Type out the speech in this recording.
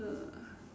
uh